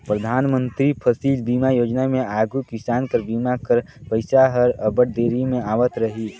परधानमंतरी फसिल बीमा योजना में आघु किसान कर बीमा कर पइसा हर अब्बड़ देरी में आवत रहिस